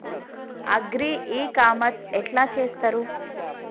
Agri ecommerce ఎట్ల చేస్తరు?